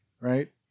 right